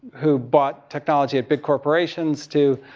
who bought technology at big corporations to,